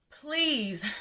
please